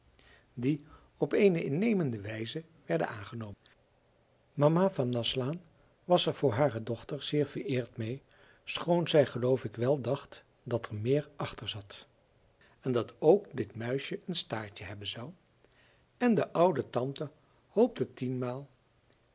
die op eene innemende wijze werden aangenomen mama van naslaan was er voor hare dochter zeer vereerd mee schoon zij geloof ik wel dacht dat er meer achter zat en dat ook dit muisje een staartje hebben zou en de oude tante hoopte tienmaal